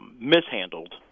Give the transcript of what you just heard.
mishandled